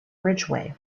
ridgeway